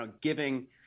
giving